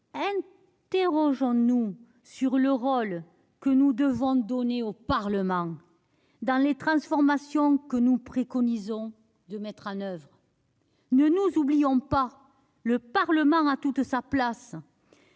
interrogeons-nous sur le rôle que nous devons donner au Parlement dans les transformations que nous préconisons de mettre en oeuvre. N'oublions pas le Parlement, car il a toute sa place !